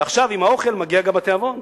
ועכשיו, עם האוכל מגיע גם התיאבון.